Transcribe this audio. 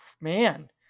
Man